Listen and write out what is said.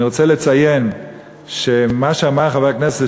אני רוצה לציין שמה שאמר חבר הכנסת